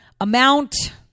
amount